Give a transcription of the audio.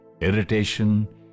irritation